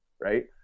right